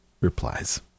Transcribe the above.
replies